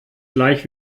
gleich